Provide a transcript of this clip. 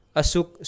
asuk